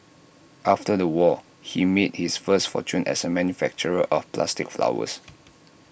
after the war he made his first fortune as A manufacturer of plastic flowers